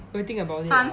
will think about it lah